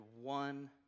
one